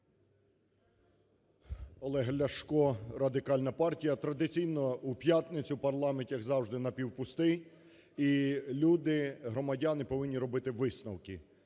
Олег Ляшко, Радикальна партія. Традиційно у п'ятницю парламент, як завжди, напівпустий і люди, громадяни повинні робити висновки,